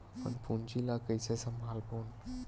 अपन पूंजी ला कइसे संभालबोन?